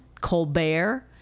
colbert